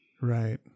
right